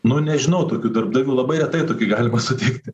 nu nežinau tokių darbdavių labai retai tokį galima sutikti